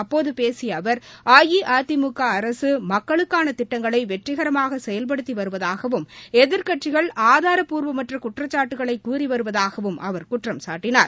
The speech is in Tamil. அப்போது பேசிய அவர் அஇஅதிமுக அரசு மக்களுக்கான திட்டங்களை வெற்றிகரமாக செயல்படுத்தி வருவதாகவும் எதிர்க்கட்சிகள் ஆதாரப்பூர்வமற்ற குற்றக்சாட்டுக்களை கூறி வருவதாகவும் அவர் குற்றம்சாட்டினார்